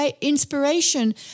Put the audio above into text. Inspiration